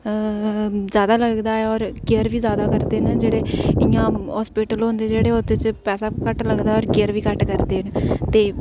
ज्यादा लगदा ऐ और केयर बी ज्यादा करदे न जेह्ड़े इ'यां हॅास्पिटल होंदे उं'दे च पैसा बी कट्ट लगदा ते केयर बी घट्ट होंदी ऐ